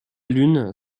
lune